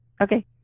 Okay